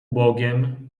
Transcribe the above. bogiem